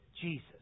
Jesus